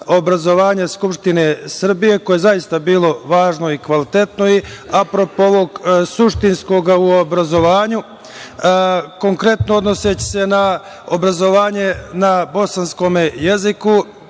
obrazovanje Skupštine Srbije, koje je zaista bilo važno i kvalitetno. Apropo ovog suštinskog u obrazovanju, konkretno odnoseći se na obrazovanje na bosanskom jeziku,